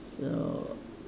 so